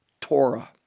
Torah